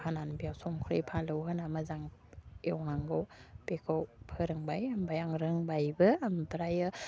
हानानै बेयाव संख्रि फालौ होना मोजां एवनांगौ बेखौ फोरोंबाय ओमफाय आं रोंबायबो आमफ्रायो